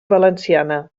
valenciana